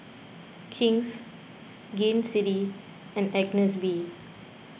King's Gain City and Agnes B